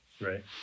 right